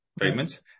treatments